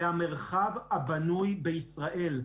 המרחב הבנוי בישראל,